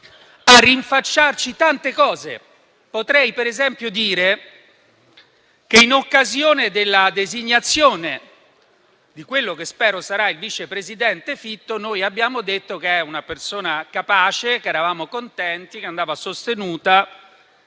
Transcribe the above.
a rinfacciarci tante cose. Potrei per esempio dire che, in occasione della designazione di quello che spero sarà il vicepresidente Fitto, noi abbiamo detto che è una persona capace, che eravamo contenti, che andava a sostenuta.